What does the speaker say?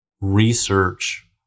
research